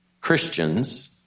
Christians